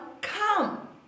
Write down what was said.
come